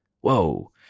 whoa